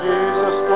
Jesus